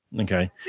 okay